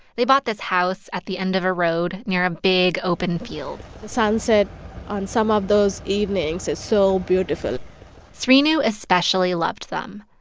they bought this house at the end of a road near a big, open field the sunset on some of those evenings is so beautiful srinu especially loved them.